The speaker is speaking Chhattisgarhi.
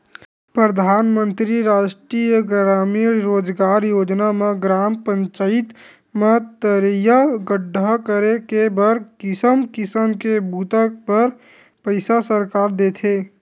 परधानमंतरी रास्टीय गरामीन रोजगार योजना म ग्राम पचईत म तरिया गड्ढ़ा करे के बर किसम किसम के बूता बर पइसा सरकार देथे